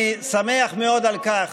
אני שמח מאוד על כך,